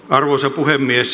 arvoisa puhemies